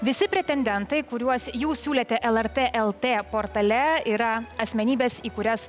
visi pretendentai kuriuos jūs siūlėte lrt lt portale yra asmenybės į kurias